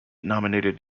nominated